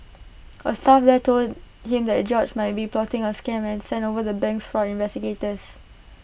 A staff there told him that George might be plotting A scam and sent over the bank's fraud investigators